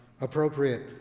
appropriate